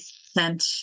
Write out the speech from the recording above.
sent